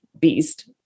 beast